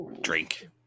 drink